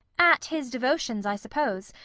at his devotions, i suppose,